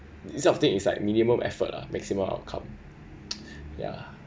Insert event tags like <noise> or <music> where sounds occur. this kind of thing is like minimum effort ah maximum outcome <noise> ya